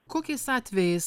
kokiais atvejais